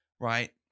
Right